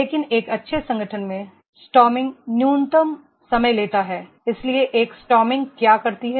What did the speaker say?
लेकिन एक अच्छे संगठन में स्टॉ र्मिंग न्यूनतम समय लेता है इसलिए एक स्टॉ र्मिंग क्या करती है